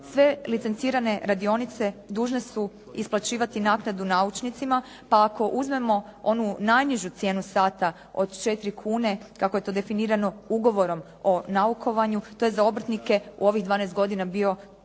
Sve licencirane radionice dužne su isplaćivati naknadu naučnicima, pa ako uzmemo onu najnižu cijenu sata od četiri kune kako je to definirano ugovorom o naukovanju to je za obrtnike u ovih 12 godina bio